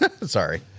Sorry